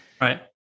Right